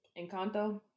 Encanto